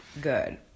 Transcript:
good